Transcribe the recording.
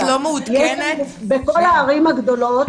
בכל הערים הגדולות